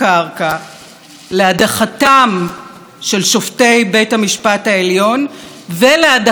של שופטי בית המשפט העליון ולהדחתה של נשיאת בית המשפט העליון.